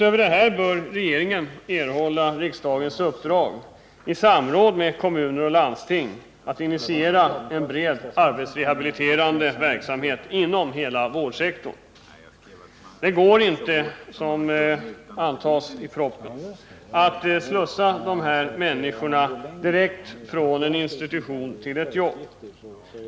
Utöver detta bör regeringen erhålla riksdagens uppdrag att i samråd med kommuner och landsting initiera en bred arbetsrehabiliterande verksamhet inom hela vårdsektorn. Det går inte att, som man antar i propositionen, slussa de här människorna direkt från en institution till ett jobb.